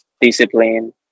discipline